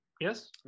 Yes